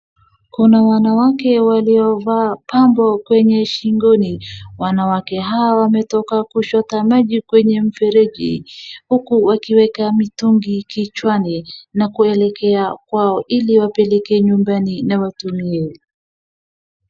Kuna wanawake waliovaa pambo kwenye shingoni, wanawake hawa wametoka kuchota maji kwenye mrefeji huku wakiweka mitungi kichwani na kuelekea kwao ili wapeleke nyumbani na watumie.